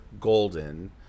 golden